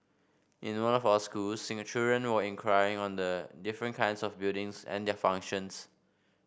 in one of our schools children were inquiring on the different kinds of buildings and their functions